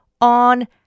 on